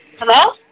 Hello